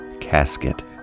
Casket